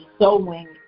sowing